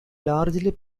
largely